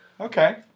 Okay